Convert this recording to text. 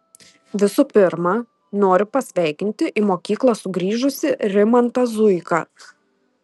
visų pirma noriu pasveikinti į mokyklą sugrįžusį rimantą zuiką